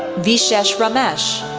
vishesh ramesh,